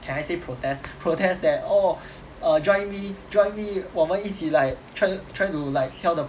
can I say protest protest that oh err join me join me 我们一起 like try try to like tell the